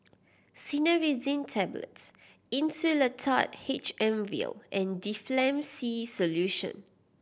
Cinnarizine Tablets Insulatard H M Vial and Difflam C Solution